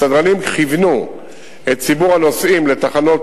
הסדרנים כיוונו את ציבור הנוסעים לתחנות